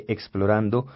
Explorando